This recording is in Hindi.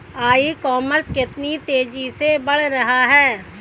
ई कॉमर्स कितनी तेजी से बढ़ रहा है?